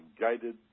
guided